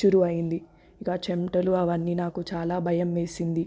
షురూ అయ్యింది గా చెమటలు అవన్నీ నాకు చాలా భయం వేసింది